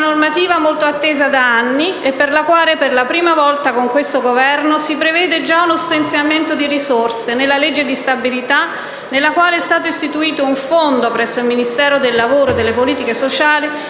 una normativa molto attesa da anni e per la quale, per la prima volta, con questo Governo, si prevede già uno stanziamento di risorse nella legge di stabilità, nella quale è stato istituito un Fondo presso il Ministero del lavoro e delle politiche sociali,